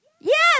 Yes